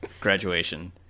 Graduation